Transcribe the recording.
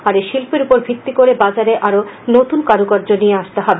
আর এই শিল্পের উপর ভিত্তি করে বাজারে আরো নতুন কারুকার্য নিয়ে আসতে হবে